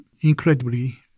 incredibly